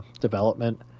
development